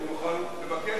אני מוכן לבקש להסתפק בתשובתי.